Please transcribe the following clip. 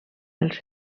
els